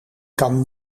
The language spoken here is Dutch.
kan